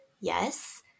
yes